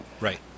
Right